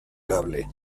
cable